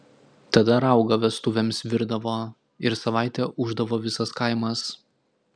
tada raugą vestuvėms virdavo ir savaitę ūždavo visas kaimas